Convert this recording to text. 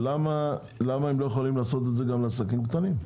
למה הם לא יכולים לעשות את זה גם לעסקים קטנים?